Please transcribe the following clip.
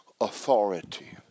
authority